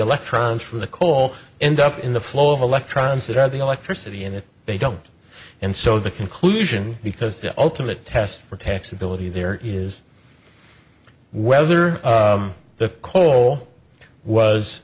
electrons from the coal end up in the flow of electrons that are the electricity and if they don't and so the conclusion because the ultimate test for taxability there is whether the coal was